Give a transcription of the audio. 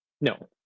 no